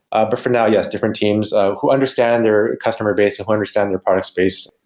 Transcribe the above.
ah but for now, yes, different teams who understand their customer base, and who understand their products base,